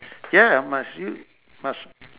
ya must you must